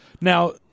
Now